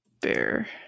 bear